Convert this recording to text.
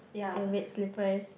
and red slipper as